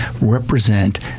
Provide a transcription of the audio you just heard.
represent